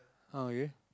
ah okay